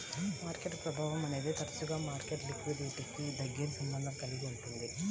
market ప్రభావం అనేది తరచుగా మార్కెట్ లిక్విడిటీకి దగ్గరి సంబంధం కలిగి ఉంటుంది